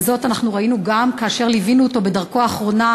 וזאת אנחנו ראינו גם כאשר ליווינו אותו בדרכו האחרונה,